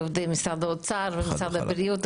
לעובדי משרד האוצר ומשרד הבריאות.